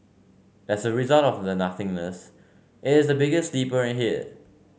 as a result of the nothingness it is the biggest sleeper hit